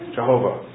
Jehovah